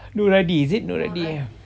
nuradi is it nuradi